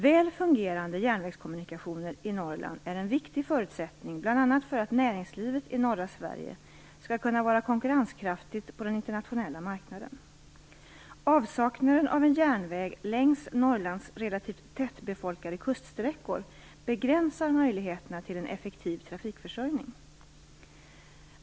Väl fungerande järnvägskommunikationer i Norrland är en viktig förutsättning bl.a. för att näringslivet i norra Sverige skall kunna vara konkurrenskraftigt på den internationella marknaden. Avsaknaden av en järnväg längs Norrlands relativt tätbefolkade kuststräckor begränsar möjligheterna till en effektiv trafikförsörjning.